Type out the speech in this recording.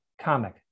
Comic